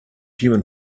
human